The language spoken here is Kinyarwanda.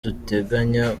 duteganya